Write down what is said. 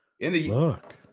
Look